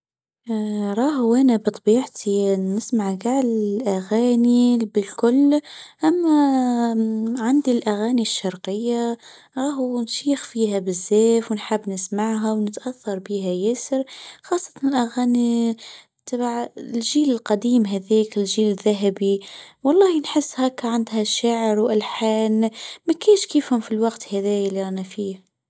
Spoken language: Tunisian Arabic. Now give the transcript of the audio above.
راه وأنا بطبيعتي نسمع قال الاغاني بالكل اما عند الاغاني الشرقيه راهو نشيخ فيها بالزاف ونحب نسمعها ونتاثر بها ياسر خاصةً اغاني تبع الجيل القديم هذيك الجيل الذهبي والله نحس هكا عندها شعر والحان ماكينش كيفهم في الوقت هذا اللي رانا فيه.